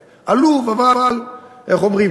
עלוב, אבל איך אומרים?